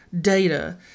data